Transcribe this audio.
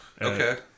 Okay